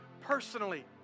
personally